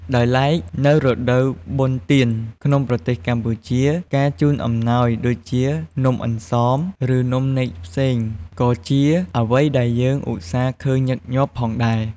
ដោយឡែក នៅរដូវបុណ្យទានក្នុងប្រទេសកម្ពុជា ការជូនអំណោយដូចជា នំអង្សម ឬ នំនែកផ្សេង ក៏ជាអ្វីដែលយើងឧស្សាហ៍ឃើញញឹកញាប់ផងដែរ។